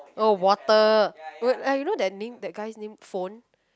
oh water what oh you know that name that guy's name phone